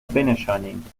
بنشانیم